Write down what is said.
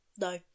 No